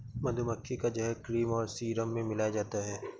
मधुमक्खी का जहर क्रीम और सीरम में मिलाया जाता है